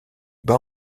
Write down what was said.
bas